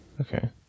Okay